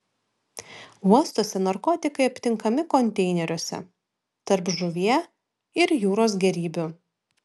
uostuose narkotikai aptinkami konteineriuose tarp žuvie ir jūros gėrybių